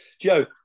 Joe